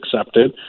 accepted